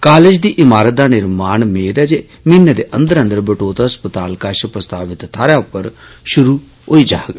college दी इमारत दा निर्माण मेद ऐ जे म्हीने दे अंदर अंदर बटोत हस्पताल कश प्रसतावित थ्हार उप्पर शुरु होई जाग